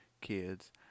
kids